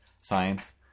science